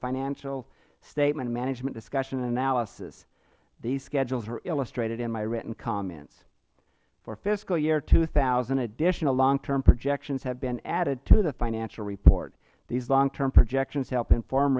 financial statement management discussion analysis these schedules are illustrated in my written comments for fiscal year two thousand additional long term projections have been added to the financial report these long term projections help inform